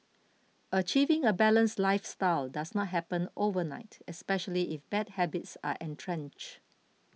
achieving a balanced lifestyle does not happen overnight especially if bad habits are entrench